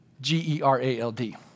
G-E-R-A-L-D